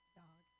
dog